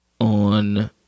on